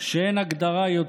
עד שנמצא להם